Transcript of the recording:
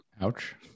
Ouch